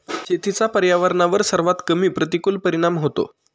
शेतीचा पर्यावरणावर सर्वात कमी प्रतिकूल परिणाम होतो